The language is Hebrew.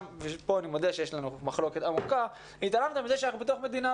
וכאן אני מודה שיש לנו מחלוקת עמוקה מכך שאנחנו בתוך מדינה